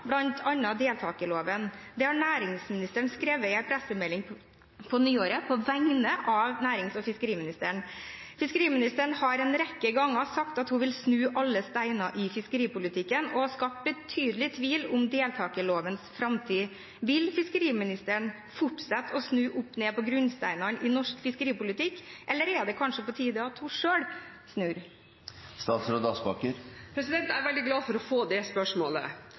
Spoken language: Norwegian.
bl.a. deltakerloven. Det har næringsministeren skrevet i en pressemelding på nyåret på vegne av næringsministeren og fiskeriministeren. Fiskeriministeren har en rekke ganger sagt at hun vil snu alle steiner i fiskeripolitikken, og har skapt betydelig tvil om deltakerlovens framtid. Vil fiskeriministeren fortsette å snu opp ned på grunnsteinene i norsk fiskeripolitikk, eller er det kanskje på tide at hun selv snur? Jeg er veldig glad for å få det spørsmålet.